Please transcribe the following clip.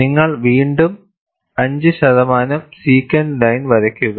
നിങ്ങൾ വീണ്ടും 5 ശതമാനം സിക്കന്റ് ലൈൻ വരയ്ക്കുക